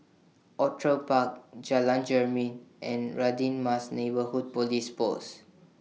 Outram Bar Jalan Jermin and Radin Mas Neighbourhood Police Post